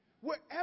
wherever